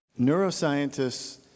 Neuroscientists